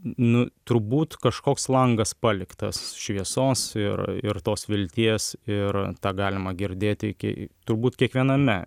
nu turbūt kažkoks langas paliktas šviesos ir ir tos vilties ir tą galima girdėti iki turbūt kiekviename